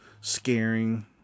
scaring